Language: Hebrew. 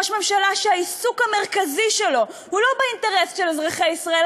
ראש ממשלה שהעיסוק המרכזי שלו הוא לא באינטרס של אזרחי ישראל,